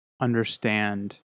understand